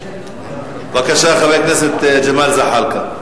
בבקשה, חבר הכנסת ג'מאל זחאלקה.